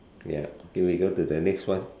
ya okay we go to the next one